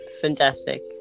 Fantastic